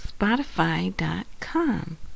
spotify.com